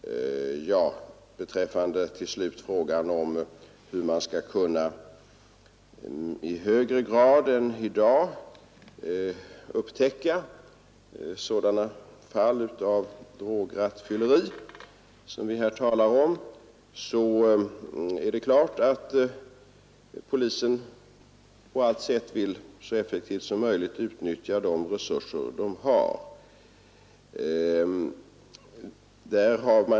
Slutligen tog herr Wiklund upp frågan om hur man i högre grad än i dag skall kunna upptäcka sådana fall av drograttfylleri som vi här talar om. Det är klart att polisen så effektivt som möjligt vill utnyttja de resurser den har.